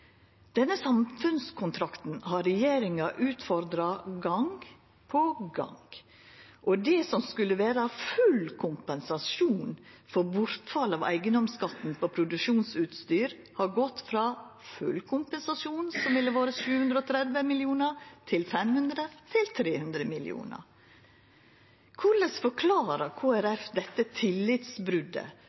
Denne samfunnskontrakten har regjeringa utfordra gong på gong. Det som skulle vera full kompensasjon for bortfall av eigedomsskatten på produksjonsutstyr, har gått frå full kompensasjon, som ville ha vore 730 mill. kr, til 500 mill. kr og til 300 mill. kr. Korleis forklarar Kristeleg Folkeparti dette